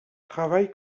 travaille